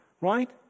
right